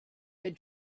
had